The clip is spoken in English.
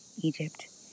Egypt